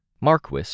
Marquis